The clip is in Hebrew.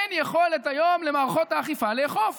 אין יכולת היום למערכות האכיפה לאכוף.